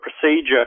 procedure